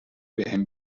بهم